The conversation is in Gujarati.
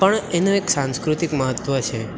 પણ એનું એક સાંસ્કૃતિક મહત્ત્વ છે